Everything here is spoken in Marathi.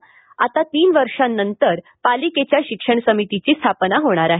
यानंतर आता तीन वर्षांनंतर पालिकेच्या शिक्षण समितीची स्थापन होणार आहे